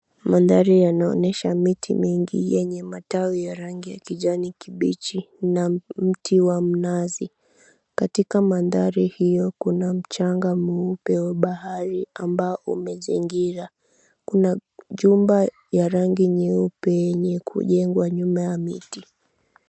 Mandhari yanaonyesha miti mingi yenye matawi ya rangi ya kijani kibichi na mti wa mnazi. Katika mandhari hiyo kuna mchanga mweupe wa bahari ambao umezingira. Kuna jumba ya rangi nyeupe yenye kujengwa nyuma ya miti.